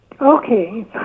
okay